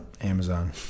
Amazon